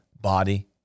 body